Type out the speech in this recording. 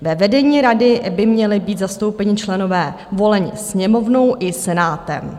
Ve vedení rady by měli být zastoupeni členové volení Sněmovnou i Senátem.